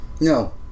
No